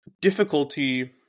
difficulty